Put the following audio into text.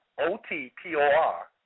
O-T-P-O-R